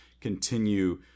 continue